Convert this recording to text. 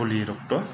बुलि रक्त